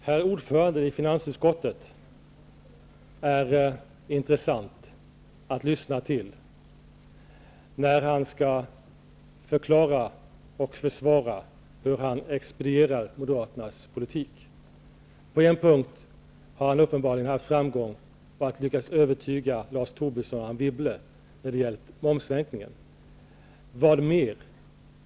Herr talman! Det är intressant att lyssna när herr ordföranden i finansutskottet skall förklara och försvara hur han expedierar moderat politik. På en punkt har han uppenbarligen haft framgång. Han lyckades övertyga Lars Tobisson och Anne Wibble när det gällde momssänkningen. Men vad mer?